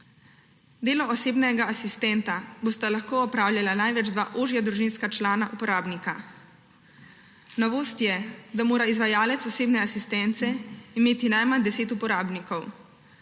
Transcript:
Delo osebnega asistenta bosta lahko opravljala največ 2 ožja družinska člana uporabnika. Novost je, da mora izvajalec osebne asistence imeti najmanj 10 uporabnikov.